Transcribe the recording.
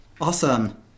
awesome